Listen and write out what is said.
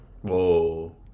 Whoa